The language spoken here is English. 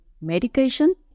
medication